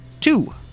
Two